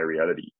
reality